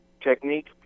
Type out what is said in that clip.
technique